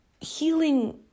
healing